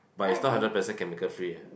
but is not hundred percent chemical free